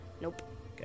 Nope